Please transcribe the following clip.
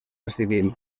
civil